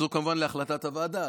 זה כמובן להחלטת הוועדה,